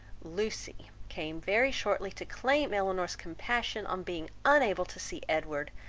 lucy came very shortly to claim elinor's compassion on being unable to see edward,